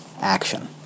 action